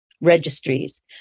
registries